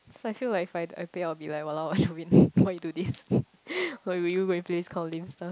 cause I feel like if I I think I'll be like !walao! why you do this why would you go and play this kind of lame stuff